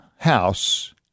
house